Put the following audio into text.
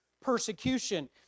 persecution